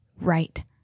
right